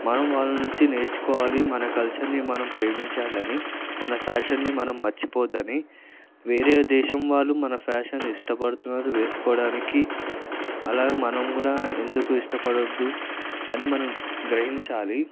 మనం వాళ్ళ నుంచి నేర్చుకోవాలి మన కల్చర్ని మనం ప్రేమించాలని మన ఫ్యాషన్ని మనం మర్చిపోవద్దని వేరే దేశం వాళ్ళు మన ఫ్యాషన్ ఇష్టపడుతున్నారు వేసుకోడానికి అలాగే మనం కూడా ఎందుకు ఇష్టపడొద్దు అని మనం గ్రహించాలి